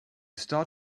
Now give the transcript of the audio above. start